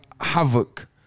havoc